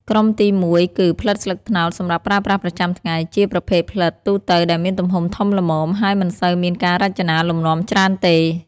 ក្រុមទីមួយគឺ ផ្លិតស្លឹកត្នោតសម្រាប់ប្រើប្រាស់ប្រចាំថ្ងៃ ជាប្រភេទផ្លិតទូទៅដែលមានទំហំធំល្មម ហើយមិនសូវមានការរចនាលំនាំច្រើនទេ។